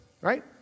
right